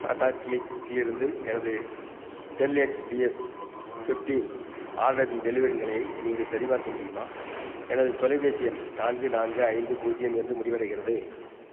Tata click இலிருந்து எனது Dell XPS fifteen ஆர்டரின் டெலிவரி நிலையை நீங்கள் சரிபார்க்க முடியுமா எனது தொலைபேசி எண் நான்கு நான்கு ஐந்து பூஜ்யம் என்று முடிவடைகிறது